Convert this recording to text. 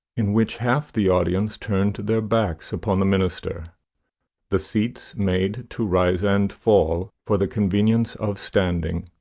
in which half the audience turned their backs upon the minister the seats made to rise and fall, for the convenience of standing,